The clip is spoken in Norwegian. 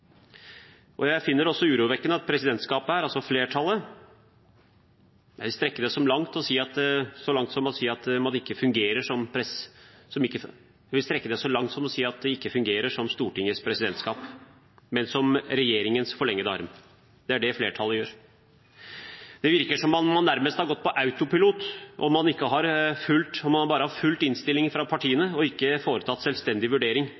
kneblet. Jeg finner det også urovekkende og vil strekke det så langt som å si at presidentskapet her – altså flertallet – ikke fungerer som Stortingets presidentskap, men som regjeringens forlengede arm. Det er det flertallet gjør. Det virker som om man nærmest har gått på autopilot, og at man bare har fulgt innstillingen fra partiene og ikke foretatt en selvstendig vurdering